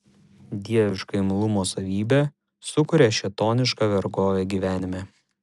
dieviška imlumo savybė sukuria šėtonišką vergovę gyvenime